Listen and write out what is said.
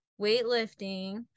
weightlifting